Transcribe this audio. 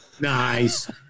Nice